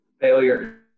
Failure